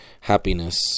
happiness